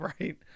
right